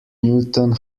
newton